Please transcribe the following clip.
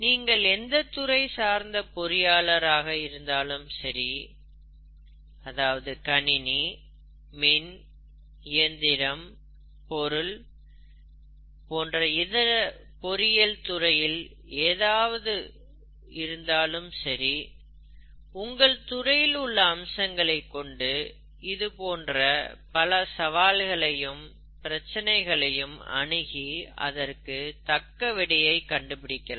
நீங்கள் எந்த துறை சார்த்த பொறியாளர் ஆக இருந்தாலும் சரி கணினி மின் இயந்திரம் பொருள் இதர பொறியியல் துறைகள் எதுவாக இருந்தாலும் சரி உங்கள் துறையில் உள்ள அம்சங்களை கொண்டு இது போன்று பல சவால்களை பிரச்சனைகளை அணுகி அதற்கு தக்க விடையை கண்டுபிடிக்கலாம்